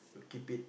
keep it